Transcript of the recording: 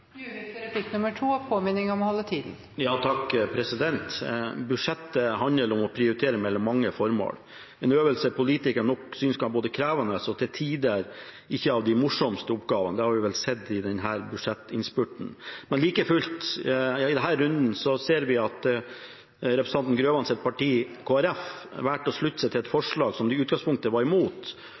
Budsjettet handler om å prioritere mellom mange formål, en øvelse politikere nok synes kan være både krevende og til tider ikke av de morsomste oppgavene. Det har vi vel sett i denne budsjettinnspurten. Men like fullt: I denne runden ser vi at representanten Grøvans parti, Kristelig Folkeparti, valgte å slutte seg til et forslag som de i utgangspunktet var imot,